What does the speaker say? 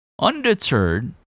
Undeterred